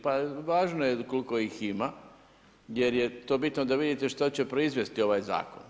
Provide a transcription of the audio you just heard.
Pa važno je koliko ih ima jer je to bitno da vidite što će proizvesti ovaj Zakon.